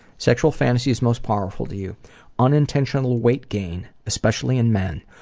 sexual fantasies most powerful to you unintentional weight gain, especially in men.